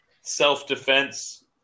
self-defense